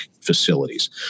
facilities